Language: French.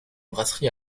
brasserie